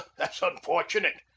that's unfortunate.